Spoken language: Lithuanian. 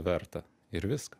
verta ir viską